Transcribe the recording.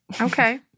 Okay